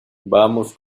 vamos